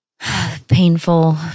painful